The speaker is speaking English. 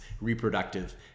reproductive